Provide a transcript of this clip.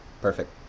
Perfect